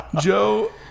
Joe